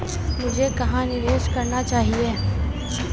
मुझे कहां निवेश करना चाहिए?